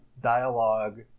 dialogue